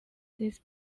this